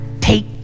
take